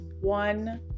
one